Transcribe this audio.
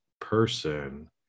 person